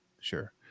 sure